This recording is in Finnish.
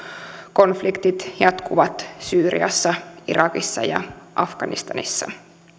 konfliktit jatkuvat syyriassa irakissa ja afganistanissa